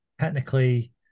technically